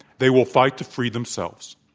they will fight to free themselves,